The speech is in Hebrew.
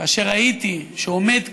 כאשר ראיתי שעומד כאן,